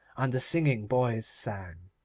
and the singing boys sang.